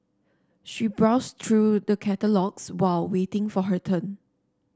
she browsed through the catalogues while waiting for her turn